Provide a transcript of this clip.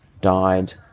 died